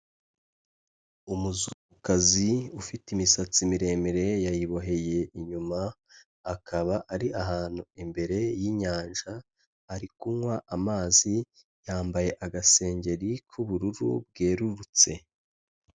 Umuzungukazi ufite imisatsi miremire yayiboheye inyuma, akaba ari ahantu imbere y'inyanja, ari kunywa amazi yambaye agasengeri k'ubururu bwerurutse.